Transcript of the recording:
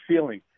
feeling